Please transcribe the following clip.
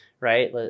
Right